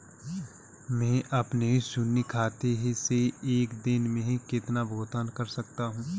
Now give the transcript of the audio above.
मैं अपने शून्य खाते से एक दिन में कितना भुगतान कर सकता हूँ?